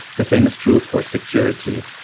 the same is true for security.